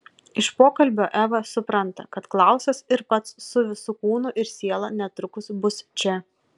iš pokalbio eva supranta kad klausas ir pats su visu kūnu ir siela netrukus bus čia